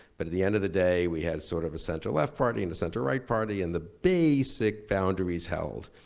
but at the end of the day we have sort of a center left party and a center right party and the basic boundaries held.